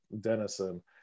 Denison